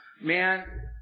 Man